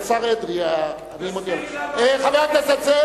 היא האחרונה שיכולה להטיף מוסר.